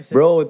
Bro